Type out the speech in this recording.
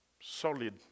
Solid